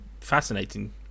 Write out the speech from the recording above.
fascinating